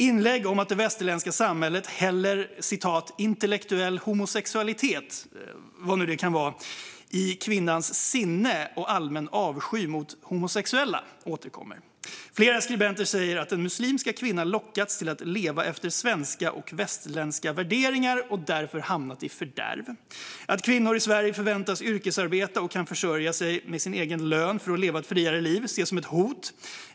Inlägg om att det västerländska samhället häller "intellektuell homosexualitet" - vad nu det kan vara - i kvinnans sinne och allmän avsky mot homosexuella återkommer. Flera skribenter säger att den muslimska kvinnan lockats till att leva efter svenska och västerländska värderingar och därför hamnat i fördärv. Att kvinnor i Sverige förväntas yrkesarbeta och kan försörja sig med sin egen lön för att leva ett friare liv ses som ett hot.